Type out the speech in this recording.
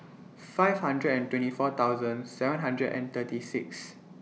five hundred and twenty four thousand seven hundred and thirty six